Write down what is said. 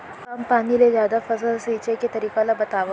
कम पानी ले जादा फसल सींचे के तरीका ला बतावव?